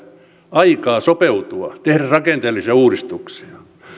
aikaa sopeutua tehdä rakenteellisia uudistuksia